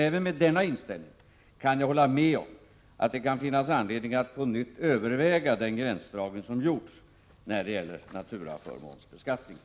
Även med denna inställning kan jag dock hålla med om att det kan finnas anledning att på nytt överväga den gränsdragning som gjorts när det gäller naturaförmånsbeskattningen.